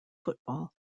football